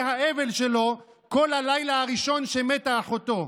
האבל שלו כל הלילה הראשון שמתה אחותו.